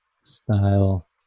style